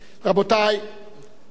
אנחנו ממשיכים בסדר-היום,